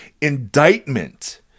indictment